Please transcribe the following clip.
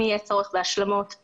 ואם יהיה צורך בהשלמות,